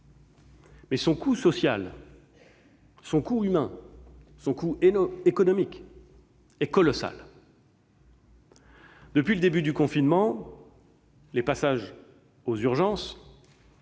mais son coût social, humain et économique est colossal. Depuis le début du confinement, les passages aux urgences,